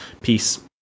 Peace